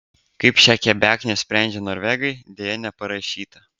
kaip šią kebeknę sprendžia norvegai deja neparašyta